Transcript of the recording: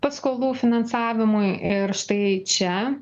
paskolų finansavimui ir štai čia